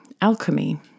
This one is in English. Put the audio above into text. alchemy